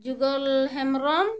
Jugal Hembrom